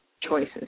choices